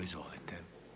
Izvolite.